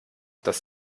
dass